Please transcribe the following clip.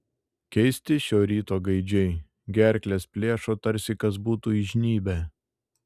keisti šio ryto gaidžiai gerkles plėšo tarsi kas būtų įžnybę